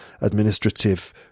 administrative